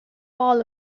all